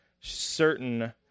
certain